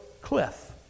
cliff